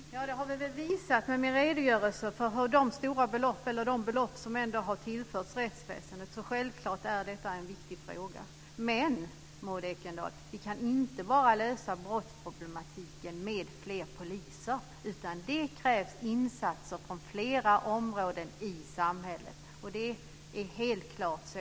Fru talman! Det har jag visat i min redogörelse för de belopp som ändå har tillförts rättsväsendet. Självklart är detta en viktig fråga. Men vi kan inte lösa brottsproblematiken enbart med fler poliser, Maud Ekendahl. Det krävs insatser från flera områden i samhället. Det är helt klart så.